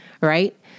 Right